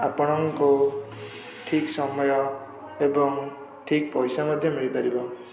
ଆପଣଙ୍କୁ ଠିକ୍ ସମୟ ଏବଂ ଠିକ୍ ପଇସା ମଧ୍ୟ ମିଳିପାରିବ